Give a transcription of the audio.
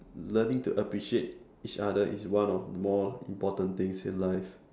learning to appreciate each other is one of more important things in life